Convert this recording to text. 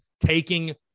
taking